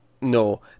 No